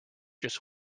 just